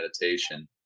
meditation